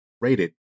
Rated